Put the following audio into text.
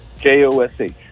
J-O-S-H